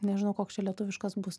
nežinau koks čia lietuviškas bus